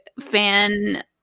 fan